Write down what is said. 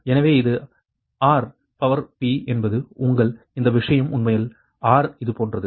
எனவே இது R என்பது உங்கள் இந்த விஷயம் உண்மையில் R இது போன்றது